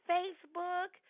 Facebook